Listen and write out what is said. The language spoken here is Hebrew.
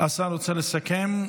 השר רוצה לסכם?